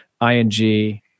ING